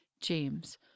James